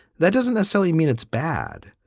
that doesn't necessarily mean it's bad.